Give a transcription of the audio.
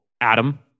Adam